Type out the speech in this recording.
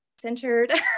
centered